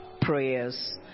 prayers